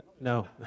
no